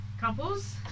Couples